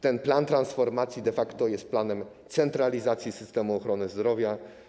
Ten plan transformacji de facto jest planem centralizacji systemu ochrony zdrowia.